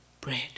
bread